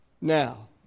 Now